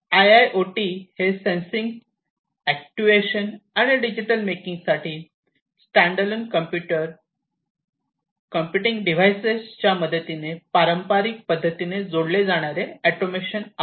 IIoT हे sensing actuation आणि decision making साठी स्टँडअलोन कॉम्प्युटर कॉम्प्युटिंग डिव्हाइसेसच्या मदतीने पारंपारिक पद्धतीने जोडले जाणारे ऑटोमेशन आहे